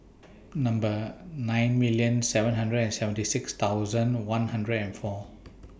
Number nine million seven hundred and seventy six thousand one hundred and four